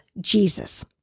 Jesus